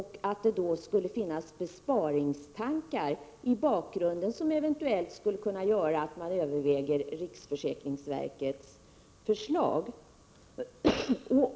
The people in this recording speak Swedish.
I bakgrunden skulle då finnas besparingstankar, som eventuellt skulle kunna göra att man överväger riksförsäkringsverkets förslag.